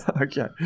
Okay